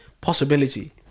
possibility